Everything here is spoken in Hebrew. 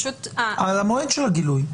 על המועד של הגילוי.